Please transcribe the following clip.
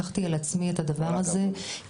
לקחתי על עצמי את הדבר הזה,